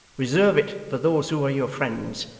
reserve it for those who are your friends,